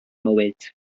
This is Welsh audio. mywyd